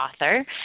author